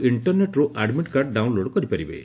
ଇଣ୍ଟରନେଟ୍ରୁ admit card download କରିପାରିବେ